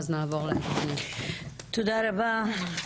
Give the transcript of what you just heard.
תודה רבה,